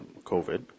COVID